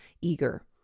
Eager